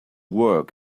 work